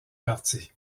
parti